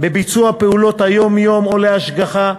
בביצוע פעולות היום-יום או להשגחה,